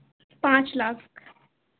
पाँच लाख